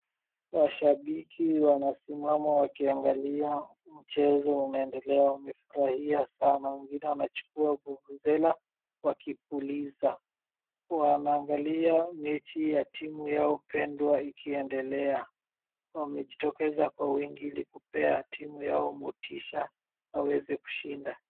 Mashabiki wanasimama wakiangalia mchezo unaendelea, wamefurahia sana, wengine wanachukua vuvuzela wakipuliza, wanaangalia mechi ya timu yao pendwa ikiendelea, wamejitokeza kwa wingi ili kupea timu yao motisha waweze kushinda.